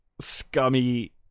scummy